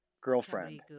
Girlfriend